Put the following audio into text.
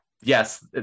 Yes